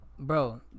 Bro